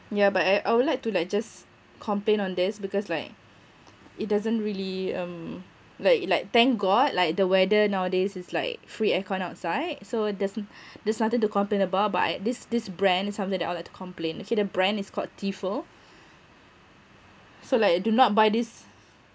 yeah but I I would like to like just complain on this because like it doesn't really um like like thank god like the weather nowadays is like free aircon outside so there's there's nothing to complain about but I this this brand is something that I'll like to complain okay the brand is called tefal so like do not buy this